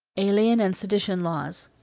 alien and sedition laws.